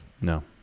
No